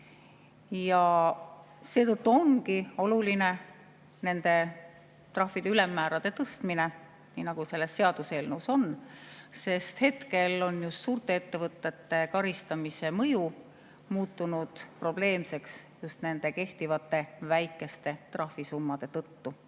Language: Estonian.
Ja seetõttu ongi oluline nende trahvide ülemmäärade tõstmine, nii nagu selles seaduseelnõus on, sest hetkel on just suurte ettevõtete karistamise mõju muutunud probleemseks just nende kehtivate väikeste trahvisummade